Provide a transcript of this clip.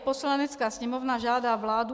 Poslanecká sněmovna žádá vládu,